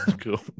Cool